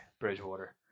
Bridgewater